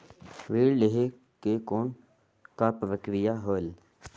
ऋण लहे के कौन का प्रक्रिया होयल?